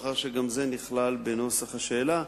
מאחר שגם זה נכלל בנוסח השאלה,